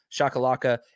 shakalaka